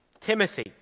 Timothy